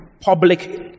public